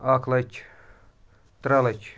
اَکھ لَچھ ترٛےٚ لَچھ